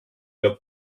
illa